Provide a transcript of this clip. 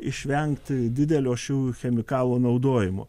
išvengti didelio šių chemikalų naudojimo